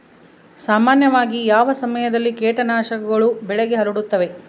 ಸಾಮಾನ್ಯವಾಗಿ ಯಾವ ಸಮಯದಲ್ಲಿ ಕೇಟನಾಶಕಗಳು ಬೆಳೆಗೆ ಹರಡುತ್ತವೆ?